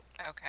okay